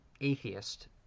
atheist